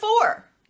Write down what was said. four